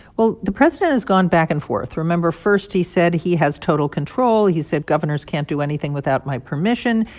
well, the president has gone back and forth. remember first, he said he has total control. he said, governors can't do anything without my permission.